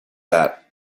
that